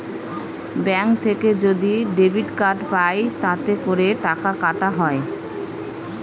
bank থেকে যদি debit card পাই তাতে করে টাকা কাটা হয়